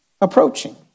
approaching